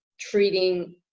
treating